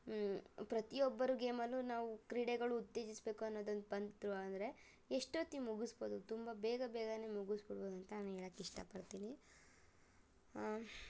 ಪ್ರತಿಯೊಬ್ಬರು ಗೇಮಲ್ಲೂ ನಾವು ಕ್ರೀಡೆಗಳು ಉತ್ತೇಜಿಸಬೇಕು ಅನ್ನೋದು ಒಂದು ಬಂತು ಅಂದರೆ ಎಷ್ಟೊತ್ತಿಗೆ ಮುಗಸ್ಬೋದು ತುಂಬ ಬೇಗ ಬೇಗಾನೆ ಮುಗಸ್ಬಿಡ್ಬೋದು ಅಂತ ನಾನು ಹೇಳಕ್ಕಿಷ್ಟಪಡ್ತೀನಿ